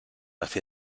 that